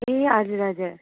ए हजुर हजुर